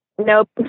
nope